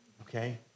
okay